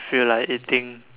feel like eating